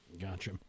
Gotcha